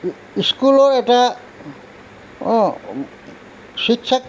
স্কুলৰ এটা অঁ শিক্ষক